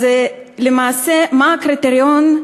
אז מה הקריטריון?